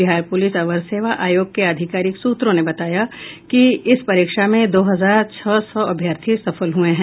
बिहार पुलिस अवर सेवा आयोग के आधिकारिक सूत्रों ने बताया कि इस परीक्षा में दो हजार छह सौ अभ्यर्थी सफल हुए हैं